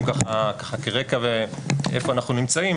אם ככה כרקע איפה אנחנו נמצאים,